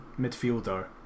midfielder